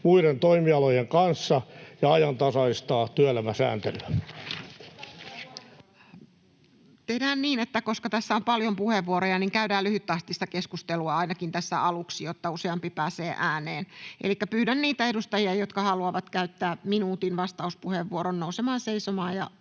muuttamisesta Time: 14:39 Content: Tehdään niin, että koska tässä on paljon puheenvuoroja, niin käydään lyhyttahtista keskustelua ainakin tässä aluksi, jotta useampi pääsee ääneen. Elikkä pyydän niitä edustajia, jotka haluavat käyttää minuutin vastauspuheenvuoron, nousemaan seisomaan ja